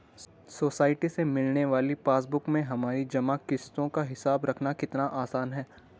society से मिलने वाली पासबुक में हमारी जमा किश्तों का हिसाब रखना कितना आसान है